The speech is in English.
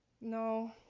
No